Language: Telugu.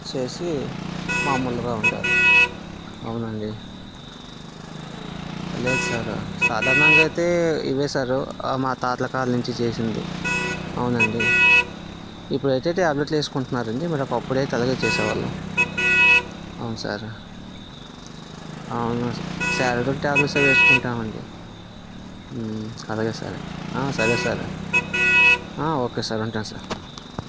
చేసి మామూలుగా ఉంటారు అవునండి లేదు సారు సాధారణంగా అయితే ఇవే సారు మా తాతల కాలం నించి చేసింది అవునండి ఇప్పుడైతే టాబ్లెట్లు వేసుకుంటున్నారండి మరి ఒకప్పుడైతే అలాగే చేసేవాళ్ళం అవును సారు అవును సారడిన్ టాబ్లెట్స్ఏ వేసుకుంటామండి అలాగే సార్ అయితే సరే సారు ఒకే సారు ఉంటాను సార్